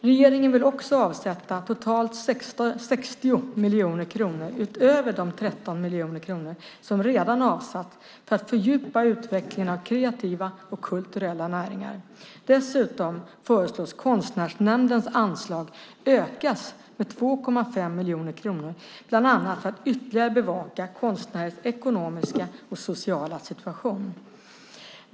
Regeringen vill också avsätta totalt 60 miljoner kronor, utöver de 13 miljoner kronor som redan avsatts, för att fördjupa utvecklingen av kreativa och kulturella näringar. Dessutom föreslås Konstnärsnämndens anslag ökas med 2,5 miljoner kronor bland annat för att ytterligare bevaka konstnärers ekonomiska och sociala situation.